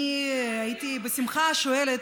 הייתי בשמחה שואלת,